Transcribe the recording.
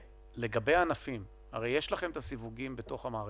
לגבי הענפים הרי יש לכם את הסיווגים בתוך המערכת,